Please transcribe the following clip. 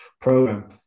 program